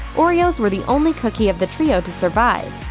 oreos were the only cookie of the trio to survive.